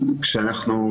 התיקון,